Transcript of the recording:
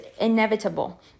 inevitable